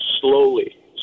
Slowly